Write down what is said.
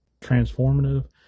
transformative